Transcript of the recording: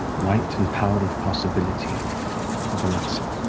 might and power of possibility of the luxon?